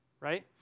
right